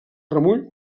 remull